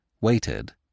waited